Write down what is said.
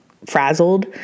frazzled